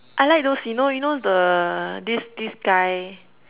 I like those you know you know the this this guy